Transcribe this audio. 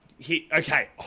Okay